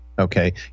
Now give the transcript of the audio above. Okay